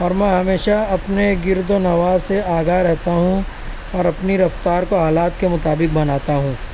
اور میں ہمیشہ اپنے گرد و نواح سے آگاہ رہتا ہوں اور اپنی رفتار کو حالات کے مطابق بناتا ہوں